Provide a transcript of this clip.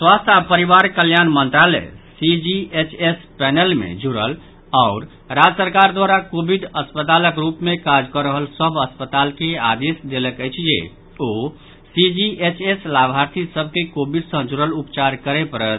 स्वास्थ्य आ परिवार कल्याण मंत्रालय सीजीएचएस पैनल मे जुड़ल आओर राज्य सरकार द्वारा कोविड अस्पतालक रूप मे काज कऽ रहल सभ अस्पताल के आदेश देलक अछि जे ओ सीजीएचएस लाभार्थी सभ के कोविड सॅ जुड़ल उपचार करय पड़त